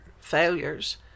failures